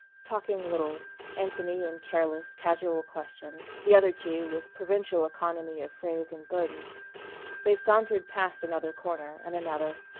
talking little anthony in careless, casual questions, the other two with provincial economy of phrase and burden they sauntered past another corner, and another.